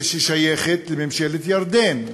ששייכת לממשלת ירדן,